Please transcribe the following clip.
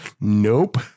nope